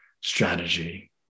strategy